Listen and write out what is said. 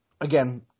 again